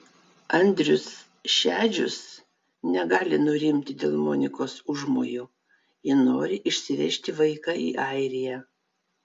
andrius šedžius negali nurimti dėl monikos užmojų ji nori išsivežti vaiką į airiją